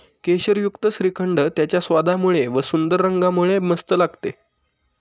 केशरयुक्त श्रीखंड त्याच्या स्वादामुळे व व सुंदर रंगामुळे मस्त लागते